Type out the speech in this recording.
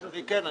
כן.